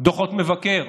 דוחות מבקר,